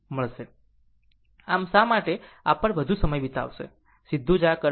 આમ શા માટે આ પર વધુ સમય વિતાવશે સીધું જ આ કરશે